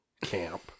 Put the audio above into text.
camp